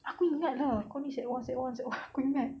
aku ingat lah kau ni sec one sec one sec one aku ingat